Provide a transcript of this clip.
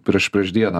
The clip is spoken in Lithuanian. prieš prieš dieną